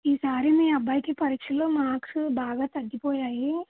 ఈసారి మీ అబ్బాయికి పరిక్షలో మాక్స్ బాగా తగ్గిపోయాయి